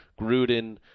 Gruden